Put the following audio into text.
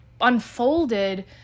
unfolded